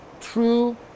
True